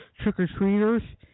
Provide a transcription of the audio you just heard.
trick-or-treaters